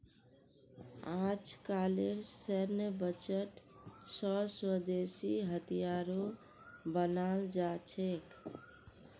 अजकामलेर सैन्य बजट स स्वदेशी हथियारो बनाल जा छेक